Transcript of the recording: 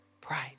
pride